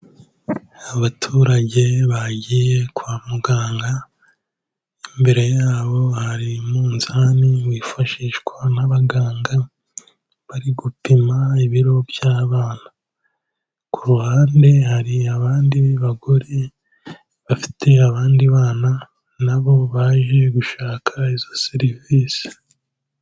Abaturage bagiye kwa muganga, imbere y'abo hari umunzani wifashishwa n'abaganga bari gupima ibiro by'abana. Ku ruhande hari abandi bagore bafite abandi bana na bo baje gushaka izo serivisi.